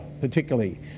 particularly